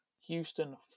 Houston